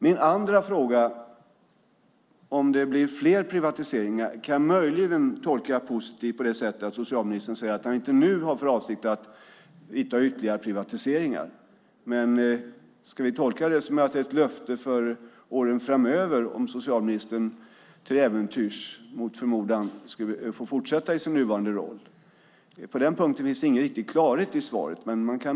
Min andra fråga, om det blir fler privatiseringar, kan jag möjligen tolka positivt på det sättet att socialministern säger att han inte nu har för avsikt att göra ytterligare privatiseringar. Ska vi tolka det som ett löfte för åren framöver om socialministern till äventyrs och mot förmodan får fortsätta i sin nuvarande roll? På den punkten finns ingen klarhet i svaret.